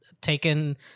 taken